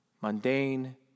mundane